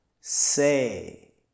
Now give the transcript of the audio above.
Say